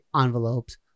envelopes